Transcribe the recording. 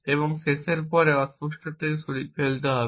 এবং শেষের পরে অস্পষ্টতা সরিয়ে ফেলতে হবে